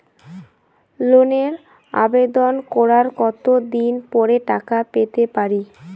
লোনের আবেদন করার কত দিন পরে টাকা পেতে পারি?